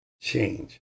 Change